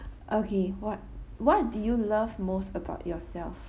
okay what what do you love most about yourself